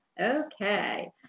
Okay